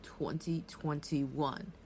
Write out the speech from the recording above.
2021